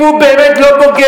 אם הוא באמת לא בוגד,